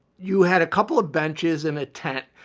you had a couple of benches in a tent.